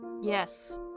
Yes